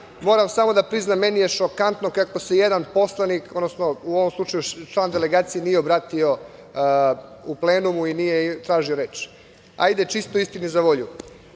moram samo da priznam, meni je šokantno kako se jedan poslanik, odnosno u ovom slučaju član delegacije, nije obratio u plenumu i nije tražio reč. Hajde, čisto istini za volju.